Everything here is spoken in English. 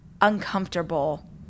uncomfortable